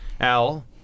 Al